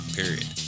period